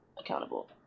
accountable